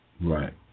Right